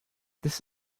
this